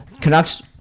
Canucks